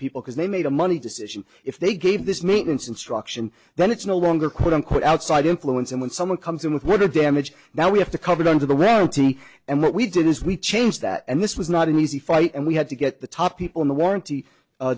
people because they made a money decision if they gave this maintenance instruction then it's no longer quote unquote outside influence and when someone comes in with what the damage now we have to covered under the royalty and what we did is we changed that and this was not an easy fight and we had to get the top people in the warranty